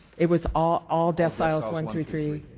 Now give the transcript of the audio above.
it was all all deciles one through three.